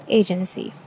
agency